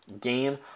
game